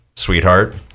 sweetheart